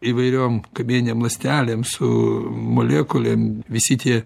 įvairiom kamieninėm ląstelėm su molekulėm visi tie